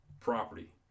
property